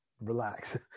Relax